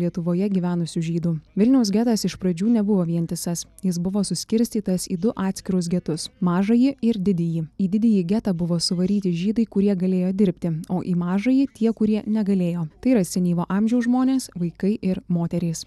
lietuvoje gyvenusių žydų vilniaus getas iš pradžių nebuvo vientisas jis buvo suskirstytas į du atskirus getus mažąjį ir didįjį į didįjį getą buvo suvaryti žydai kurie galėjo dirbti o į mažąjį tie kurie negalėjo tai yra senyvo amžiaus žmonės vaikai ir moterys